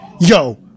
yo